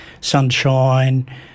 Sunshine